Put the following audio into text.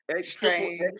strange